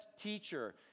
teacher